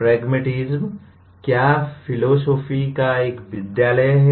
pragmatism क्या philosophy का एक विद्यालय है